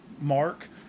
Mark